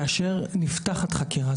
כאשר נפתחת חקירה.